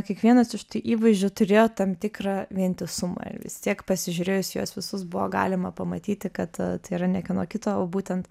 kiekvienas iš tų įvaizdžių turėjo tam tikrą vientisumą ir vis tiek pasižiūrėjus į juos visus buvo galima pamatyti kad tai yra ne kieno kito o būtent